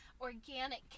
organic